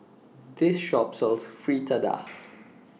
This Shop sells Fritada